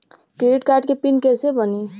Credit card के PIN कैसे बनी?